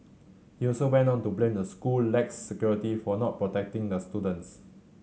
he also went on to blame the school lax security for not protecting the students